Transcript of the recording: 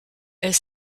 est